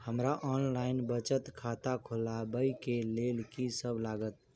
हमरा ऑनलाइन बचत खाता खोलाबै केँ लेल की सब लागत?